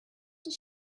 does